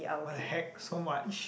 what the heck so much